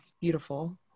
beautiful